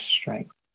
strength